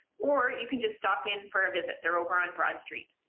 or you can just stop in for a visit there over on broad street.